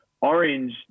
Orange